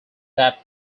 that